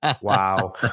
Wow